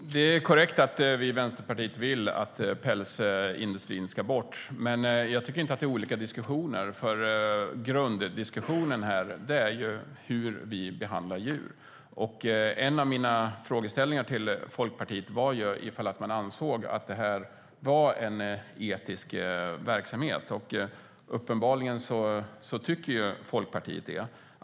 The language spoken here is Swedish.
Fru talman! Det är korrekt att vi i Vänsterpartiet vill att pälsindustrin ska bort, men jag tycker inte att det är olika diskussioner. Grunddiskussionen handlar om hur vi behandlar djur. En av mina frågeställningar till Folkpartiet var om man anser att det här är en etisk verksamhet. Uppenbarligen tycker Folkpartiet det.